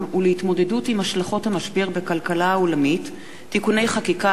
ולהתמודדות עם השלכות המשבר בכלכלה העולמית (תיקוני חקיקה),